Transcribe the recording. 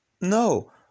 No